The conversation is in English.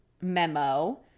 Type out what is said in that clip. memo